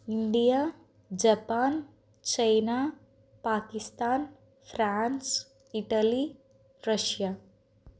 India Japan China Pakistan France Italy Russia